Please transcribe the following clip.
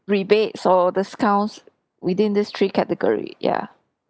rebates or discounts within these three category ya